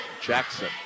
Jackson